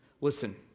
Listen